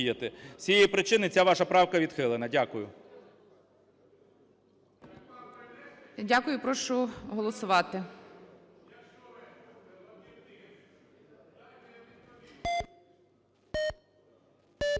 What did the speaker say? З цієї причини ця ваша правка відхилена. Дякую.